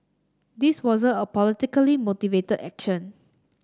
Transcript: this wasn't a politically motivated action